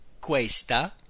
questa